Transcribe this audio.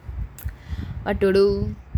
what to do